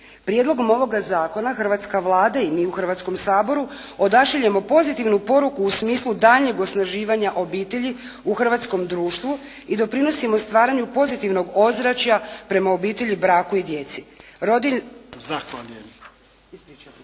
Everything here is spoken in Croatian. prijedlogom ovoga zakona hrvatske Vlade i mi u Hrvatskom saboru odašiljemo pozitivnu poruku u smislu daljnjeg osnaživanja obitelji u hrvatskom društvu i doprinosimo stvaranju pozitivnog ozračja prema obitelji, braku i djeci. **Jarnjak, Ivan